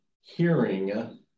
hearing